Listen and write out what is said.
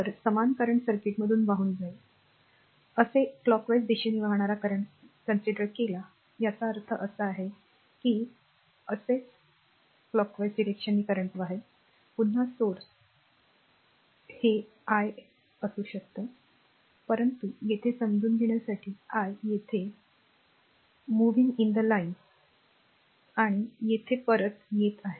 तर समान current सर्किटमधून वाहून जाईल तर असे घड्याळाच्या दिशेने वाहणारे current घेतले आहेत याचा अर्थ असा आहे की हे असेच वाहते किंवा पुन्हा स्त्रोत हे i करू शकते हे i आहे परंतु येथे समजून घेण्यासाठी i येथे ओळीत फिरत आहे आणि येथे परत येत आहे